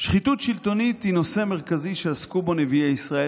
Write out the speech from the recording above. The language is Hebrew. "שחיתות שלטונית היא נושא מרכזי שעסקו בו נביאי ישראל.